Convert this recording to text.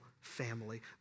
family